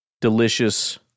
delicious